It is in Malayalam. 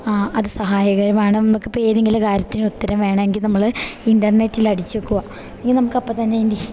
ആ അത് സഹായകരമാണ് നമുക്കിപ്പോൾ ഏതെങ്കിലും കാര്യത്തിന് ഉത്തരം വേണമെങ്കിൽ നമ്മൾ ഇൻ്റർനെറ്റിൽ അടിച്ചു വെക്കുക എങ്കിൽ നമുക്കപ്പോൾ തന്നെ അതിൻ്റെ